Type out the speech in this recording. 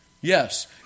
Yes